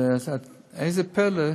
איזה פלא,